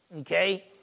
okay